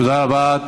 תודה רבה.